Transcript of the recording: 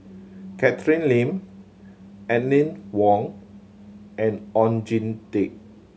Catherine Lim Aline Wong and Oon Jin Teik